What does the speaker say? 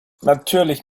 natürlich